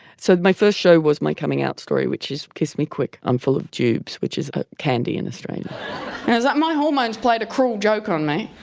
so my first show was my coming out story which is kiss me quick i'm full of tubes which is a candy industry that my hormones played a cruel joke on me.